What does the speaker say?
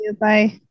Bye